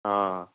ହଁ